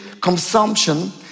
consumption